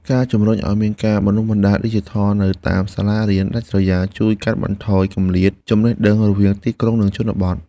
ការជំរុញឱ្យមានការបណ្តុះបណ្តាលឌីជីថលនៅតាមសាលារៀនដាច់ស្រយាលជួយកាត់បន្ថយគម្លាតចំណេះដឹងរវាងទីក្រុងនិងជនបទ។